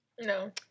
No